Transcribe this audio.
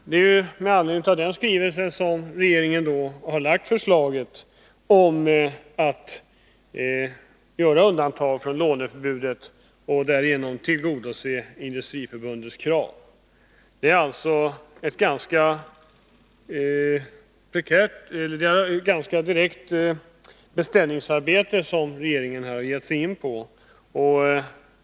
Det är med anledning av den skrivelsen som regeringen har lagt fram förslaget om att göra undantag från låneförbudet och därigenom tillgodose Industriförbundets krav. Det är alltså ett ganska direkt beställningsarbete som regeringen här har gett sig in på.